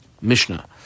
Mishnah